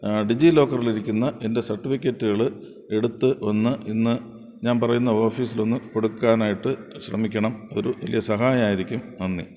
ഡിജി ലോക്കറിലിരിക്കുന്ന എൻ്റെ സർട്ടിഫിക്കറ്റുകള് എടുത്ത് ഒന്ന് ഇന്നു ഞാന് പറയുന്ന ഓഫീസിലൊന്നു കൊടുക്കാനായിട്ട് ശ്രമിക്കണം ഒരു വലിയ സഹായമായിരിക്കും നന്ദി